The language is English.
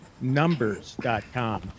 numbers.com